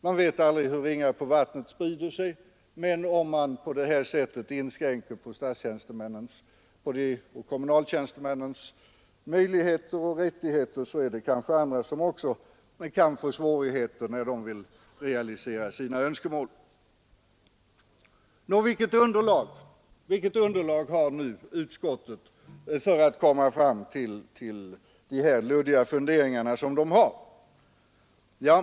— Man vet aldrig hur ringar på vattnet sprider sig, men om man på det här sättet inskränker statstjänstemännens och kommunaltjänstemännens möjligheter och rättigheter kanske också andra kan få svårigheter när de vill realisera sina önskemål om 32:a paragrafens avskaffande. Nå, vilket underlag har nu utskottet för att komma fram till de luddiga funderingar som uttrycks i betänkandet?